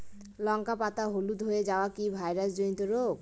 লঙ্কা পাতা হলুদ হয়ে যাওয়া কি ভাইরাস জনিত রোগ?